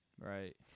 Right